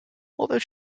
although